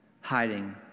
hiding